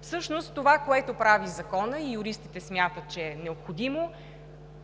Всъщност това, което прави Законът и юристите смятат, че е необходимо,